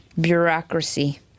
bureaucracy